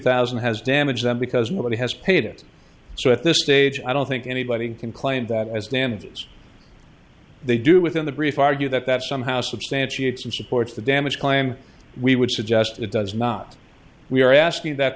thousand has damaged them because nobody has paid it so at this stage i don't think anybody can claim that as damages they do within the brief argue that that somehow substantiate some supports the damage claim we would suggest it does not we are asking that